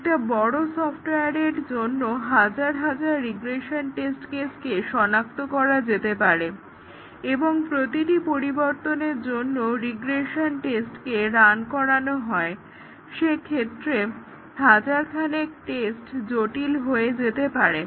একটা বড় সফটওয়্যার এর জন্য হাজার হাজার রিগ্রেশন টেস্ট কে শনাক্ত করা যেতে পারে এবং প্রতিটি পরিবর্তনের জন্য রিগ্রেশন টেস্টকে রান করানো হয় সেক্ষেত্রে হাজারখানেক টেস্ট জটিল হয়ে যেতে পারে